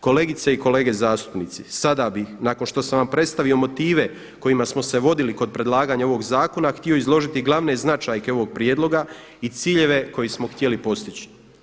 Kolegice i kolege zastupnici, sada bih nakon što sam vam predstavio motive kojima smo se vodili kod predlaganja ovog zakona htio izložiti glavne značajke ovog prijedloga i ciljeve koje smo htjeli postići.